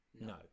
no